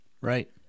Right